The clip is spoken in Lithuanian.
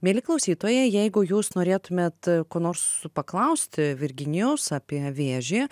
mieli klausytojai jeigu jūs norėtumėt ko nors paklausti virginijaus apie vėžį